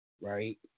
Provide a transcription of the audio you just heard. right